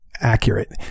accurate